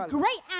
great